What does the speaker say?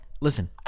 Listen